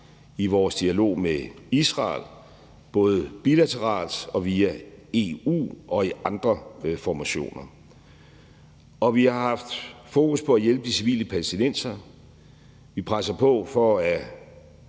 i vores dialog med Israel, både bilateralt, via EU og i andre formationer. Vi har haft fokus på at hjælpe de civile palæstinensere. Vi presser på for at